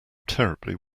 terribly